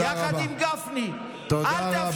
יחד עם גפני, תודה רבה.